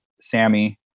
Sammy